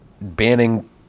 banning